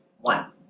One